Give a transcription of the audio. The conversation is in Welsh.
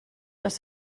oes